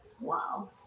wow